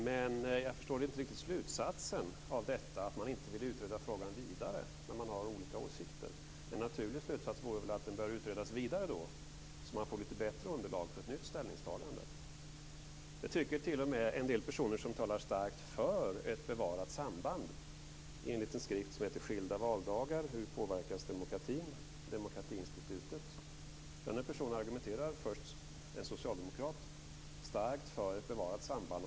Men jag förstår inte riktigt slutsatsen av det hela - att man inte vill utreda frågan vidare när man har olika åsikter. En naturlig slutsats vore väl att den bör utredas vidare så att man får ett bättre underlag för ett nytt ställningstagande. Det tycker t.o.m. en person som talar starkt för ett bevarat samband i en liten skrift som heter Skilda valdagar: hur påverkas demokratin? från Demokratiinstitutet. Denna person, en socialdemokrat, argumenterar först starkt för ett bevarat samband.